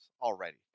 already